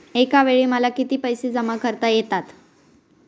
एकावेळी मला किती पैसे जमा करता येतात?